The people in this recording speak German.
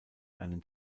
einen